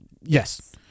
Yes